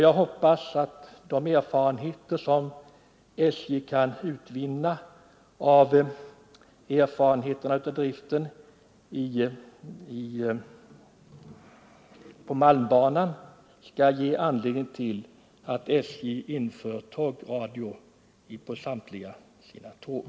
Jag hoppas att de erfarenheter som SJ kan utvinna från driften av anläggningarna på malmbanan skall leda till att SJ inför tågradio på samtliga sina tåg.